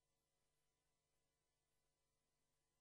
במעשה הזה